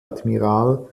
admiral